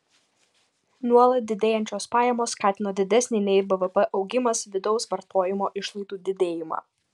nuolat didėjančios pajamos skatino didesnį nei bvp augimas vidaus vartojimo išlaidų didėjimą